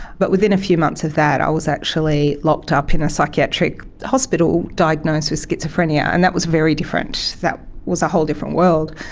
but within a few months of that i was actually locked up in a psychiatric hospital diagnosed with schizophrenia, and that was very different, that was a whole different world.